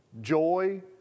joy